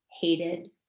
hated